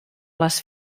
les